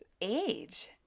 age